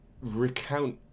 recount